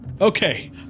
Okay